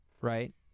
Right